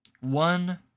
One